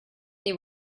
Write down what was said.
they